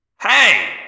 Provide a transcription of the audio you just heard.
Hey